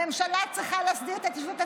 הממשלה צריכה להסדיר את ההתיישבות הצעירה.